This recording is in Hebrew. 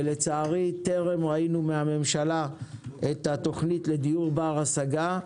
ולצערי טרם ראינו מהממשלה את התוכנית לדיור בר השגה.